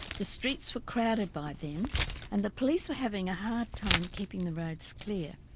the streets were crowded by then and the police were having a hard time keeping the roads clear.